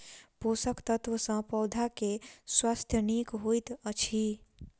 पोषक तत्व सॅ पौधा के स्वास्थ्य नीक होइत अछि